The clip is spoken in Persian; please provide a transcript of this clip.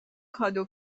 کادو